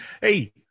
hey